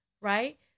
right